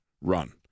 run